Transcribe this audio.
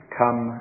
come